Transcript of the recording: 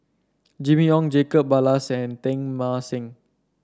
Jimmy Ong Jacob Ballas and Teng Mah Seng